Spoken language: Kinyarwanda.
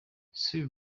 sue